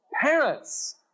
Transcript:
Parents